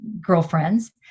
girlfriends